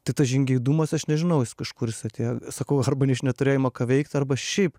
tai tas žingeidumas aš nežinau jis iš kažkur jis atėjo sakau arba iš neturėjimo ką veikti arba šiaip